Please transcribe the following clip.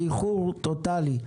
גבי, אני באיחור טוטאלי.